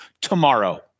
tomorrow